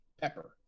Pepper